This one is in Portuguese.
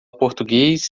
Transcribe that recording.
português